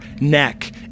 neck